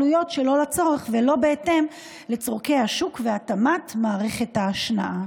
עלויות שלא לצורך ולא בהתאם לצורכי השוק והתאמת מערכת ההשנאה.